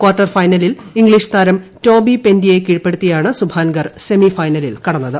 quarter ഫൈനലിൽ English താരം Toby പെന്റിയേ കീഴ്പ്പെടുത്തിയാണ് സുഭാൻകർ സെമിഫൈനലിൽ കടന്നത്